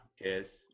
Yes